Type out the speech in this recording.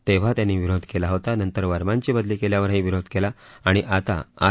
तेव्हा त्यांनी विरोध केला होता नंतर वर्मांची बदली केल्यावरही विरोध केला आणि आता आर